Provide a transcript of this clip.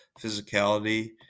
physicality